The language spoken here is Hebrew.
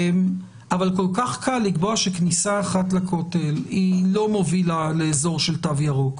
כל כך קל לקבוע שכניסה אחת לכותל לא מובילה לאזור של תו ירוק.